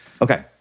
Okay